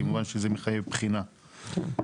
כמובן שזה מחייב בחינה מקצועית.